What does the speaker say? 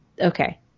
okay